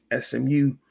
SMU